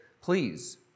Please